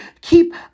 keep